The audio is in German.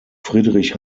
friedrich